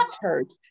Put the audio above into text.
church